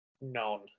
None